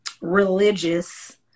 religious